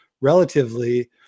relatively